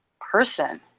person